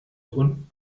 und